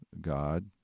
God